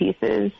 pieces